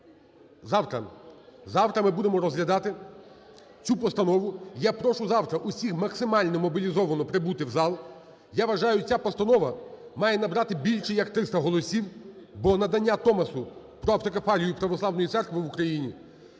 Завтра ми будемо розглядати цю постанову. Я прошу завтра усіх максимально мобілізовано прибути в зал. Я вважаю, ця постанова має набрати більше як 300 голосів, бо надання томасу про автокефалію православної церкви в Україні,